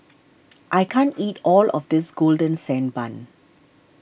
I can't eat all of this Golden Sand Bun